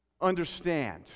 understand